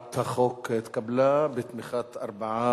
בבקשה, רבותי.